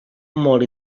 molt